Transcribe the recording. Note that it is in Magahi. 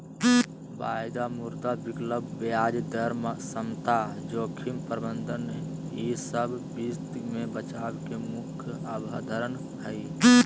वायदा, मुद्रा विकल्प, ब्याज दर समता, जोखिम प्रबंधन ई सब वित्त मे बचाव के मुख्य अवधारणा हय